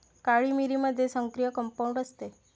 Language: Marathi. काळी मिरीमध्ये सक्रिय कंपाऊंड असते